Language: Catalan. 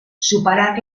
superar